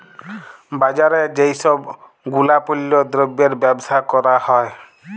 বাজারে যেই সব গুলাপল্য দ্রব্যের বেবসা ক্যরা হ্যয়